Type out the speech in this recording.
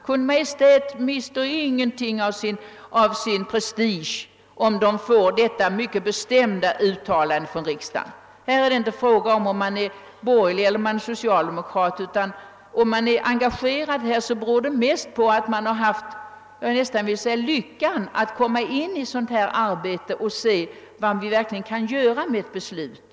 Kungl. Maj:t mister ingenting av sin prestige om Kungl. Maj:t får detta mycket bestämda uttalande från riksdagen. Här är det inte fråga om man är borgerlig eller socialdemokrat. är man engagerad beror det mest på att man haft förmånen, jag skulle nästan vilja säga lyckan, att få delta i detta arbete och se vad som verkligen kan göras med ett beslut.